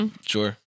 Sure